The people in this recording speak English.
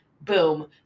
boom